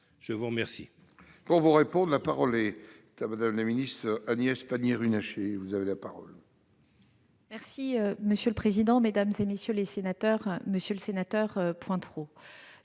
Je vous remercie,